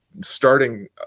starting